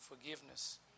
forgiveness